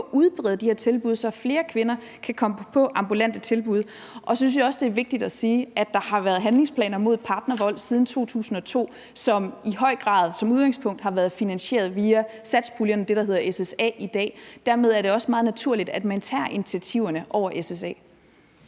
at udbrede de her tilbud, så flere kvinder kan komme i ambulante tilbud. Så synes jeg også, det er vigtigt at sige, at der har været handlingsplaner mod partnervold siden 2002, som i høj grad som udgangspunkt har været finansieret via satspuljen, altså det, der hedder SSA-reserven i dag. Dermed er det også meget naturligt, at man tager initiativerne gennem